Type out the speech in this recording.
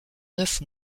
neuf